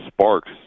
sparks